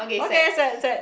okay set set